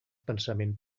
pensament